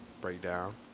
Breakdown